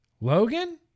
Logan